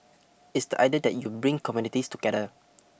it's the idea that you bring communities together